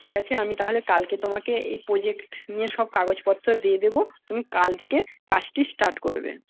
ঠিক আছে আমি তাহলে কালকে তোমাকে এই প্রোজেক্ট নিয়ে সব কাগজপত্র দিয়ে দেবো তুমি কাল থেকে কাজটি স্টার্ট করবে